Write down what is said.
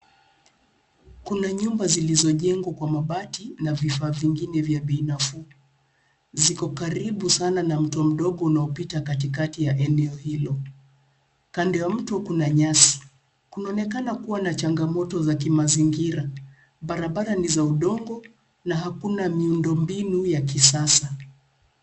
Kuna nyumba zilizojengwa kwa mabati na vifaa vingine vya bei nafuu, ziko karibu sana na mto mdogo unaopita katikati ya eneo hilo. Kando ya mto kuna nyasi. Kunaonekana kuwa na chagamoto za kimazingira. Barabara ni za udongo na hakuna miundombinu ya kisasa.